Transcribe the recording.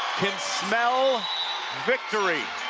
can smell victory